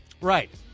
Right